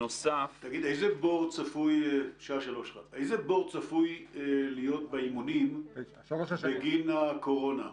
איזה בור צפוי להיות באימונים בגין הקורונה?